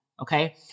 Okay